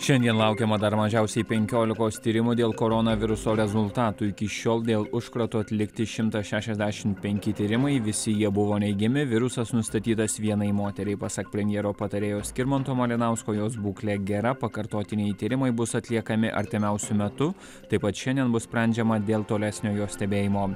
šiandien laukiama dar mažiausiai penkiolikos tyrimų dėl koronaviruso rezultatų iki šiol dėl užkrato atlikti šimtas šešiasdešim penki tyrimai visi jie buvo neigiami virusas nustatytas vienai moteriai pasak premjero patarėjo skirmanto malinausko jos būklė gera pakartotiniai tyrimai bus atliekami artimiausiu metu taip pat šiandien bus sprendžiama dėl tolesnio jo stebėjimo